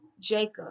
Jacob